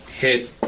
hit